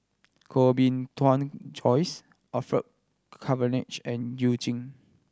Koh Bee Tuan Joyce Orfeur Cavenagh and You Jin